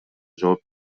жооп